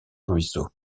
ruisseaux